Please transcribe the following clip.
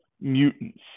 mutants